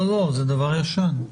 זה ישן.